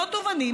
בנות ובנים,